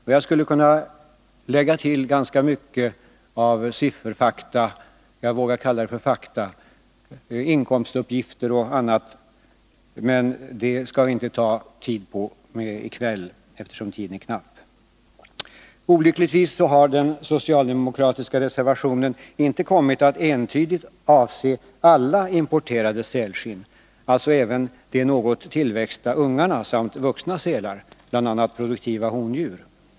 Men jag skulle kunna lägga till ganska mycket av sifferfakta — jag vågar kalla det för fakta —, inkomstuppgifter och annat, men det skall vi inte ta upp tiden med i kväll, eftersom tiden är knapp. Olyckligtvis har den socialdemokratiska reservationen inte kommit att entydigt avse alla importerade sälskinn — alltså även från de något tillväxta ungarna samt vuxna sälar, bl.a. produktiva hondjur.